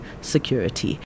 security